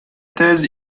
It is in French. thèse